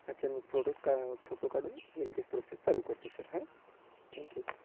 अच्छा मी प्रोडक्ट का फोटो काढून मी लगेच प्रोसेस चालू करतो सर हा थँक्यू